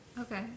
Okay